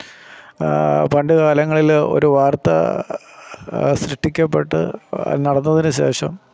പണ്ട് കാലങ്ങളില് ഒരു വാര്ത്ത സൃഷ്ടിക്കപ്പെട്ട് നടന്നതിന് ശേഷം